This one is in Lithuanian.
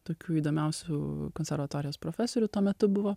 tokių įdomiausių konservatorijos profesorių tuo metu buvo